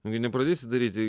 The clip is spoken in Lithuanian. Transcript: nugi nepradėsi daryti